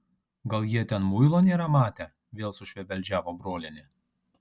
gal jie ten muilo nėra matę vėl sušvebeldžiavo brolienė